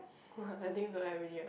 I think don't have already right